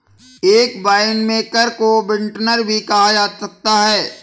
एक वाइनमेकर को विंटनर भी कहा जा सकता है